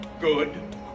good